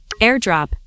airdrop